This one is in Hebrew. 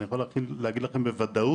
אני יכול להגיד לכם בוודאות